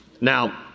Now